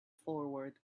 forward